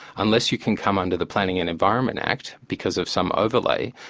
unless you can come under the planning and environment act, because of some overlay,